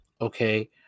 Okay